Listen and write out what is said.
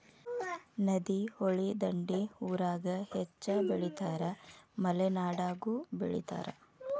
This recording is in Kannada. ನದಿ, ಹೊಳಿ ದಂಡಿ ಊರಾಗ ಹೆಚ್ಚ ಬೆಳಿತಾರ ಮಲೆನಾಡಾಗು ಬೆಳಿತಾರ